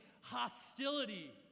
Hostility